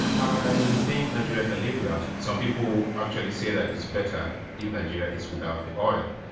i think nigeria can live without it. some people actually say that it's better if nigeria is without the oil.